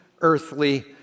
earthly